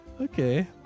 Okay